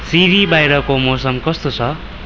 सिरी बाहिरको मौसम कस्तो छ